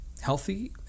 healthy